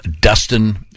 Dustin